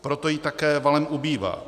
Proto jí také valem ubývá.